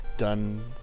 Done